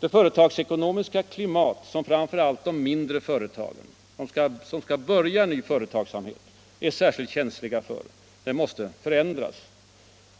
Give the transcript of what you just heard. Det företagsekonomiska klimat som framför allt de mindre företagen, de som skall börja ny företagsamhet, är känsliga för måste förändras.